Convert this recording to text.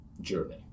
journey